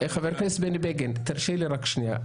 חבר הכנסת בני בגין, תרשה לי שנייה.